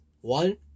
One